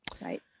right